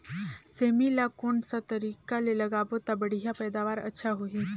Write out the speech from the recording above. सेमी ला कोन सा तरीका ले लगाबो ता बढ़िया पैदावार अच्छा होही?